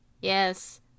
yes